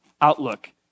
outlook